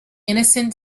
innocent